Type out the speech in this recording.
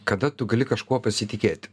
kada tu gali kažkuo pasitikėti